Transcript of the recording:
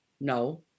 no